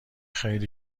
خیلی